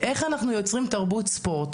איך אנחנו יוצרים תרבות ספורט?